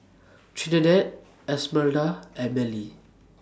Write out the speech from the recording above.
Trinidad Esmeralda and Mellie